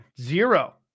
zero